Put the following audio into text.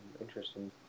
Interesting